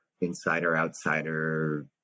insider-outsider